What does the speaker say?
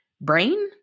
brain